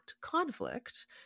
conflict